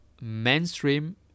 mainstream